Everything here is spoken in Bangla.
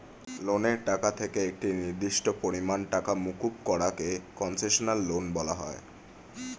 লোনের টাকা থেকে একটি নির্দিষ্ট পরিমাণ টাকা মুকুব করা কে কন্সেশনাল লোন বলা হয়